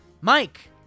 Mike